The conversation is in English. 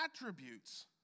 attributes